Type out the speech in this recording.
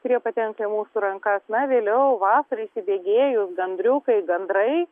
kurie patenka į mūsų rankas na vėliau vasarai įsibėgėjus gandriukai gandrai